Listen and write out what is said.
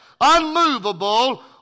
unmovable